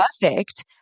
perfect